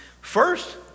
First